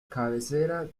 cabecera